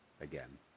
again